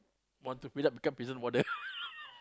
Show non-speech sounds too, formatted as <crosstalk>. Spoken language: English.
want to fill up become prison warden <laughs>